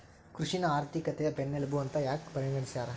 ಕೃಷಿನ ಆರ್ಥಿಕತೆಯ ಬೆನ್ನೆಲುಬು ಅಂತ ಯಾಕ ಪರಿಗಣಿಸ್ಯಾರ?